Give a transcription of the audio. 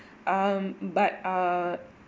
um but err